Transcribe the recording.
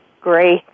Great